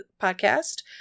podcast